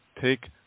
take